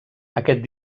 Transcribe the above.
aquest